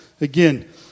again